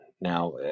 Now